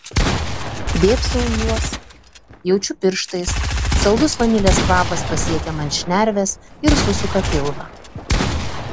dėbsau į juos jaučiu pirštais saldus vanilės kvapas pasiekia man šnerves ir susuka pilvą